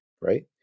Right